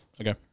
Okay